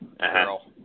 girl